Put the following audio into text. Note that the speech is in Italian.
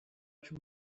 più